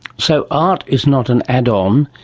so art is not an add-on,